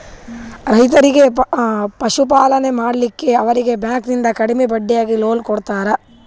ರೈತರಿಗಿ ಪಶುಪಾಲನೆ ಮಾಡ್ಲಿಕ್ಕಿ ಅವರೀಗಿ ಬ್ಯಾಂಕಿಂದ ಕಡಿಮೆ ಬಡ್ಡೀಗಿ ಲೋನ್ ಕೊಡ್ತಾರ